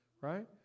Right